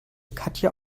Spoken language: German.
katja